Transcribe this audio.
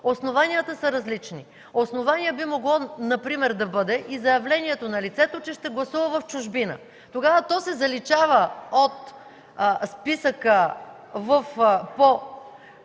Основанията са различни. Основание би могло например да бъде и заявлението на лицето, че ще гласува в чужбина. Тогава то се заличава от списъка по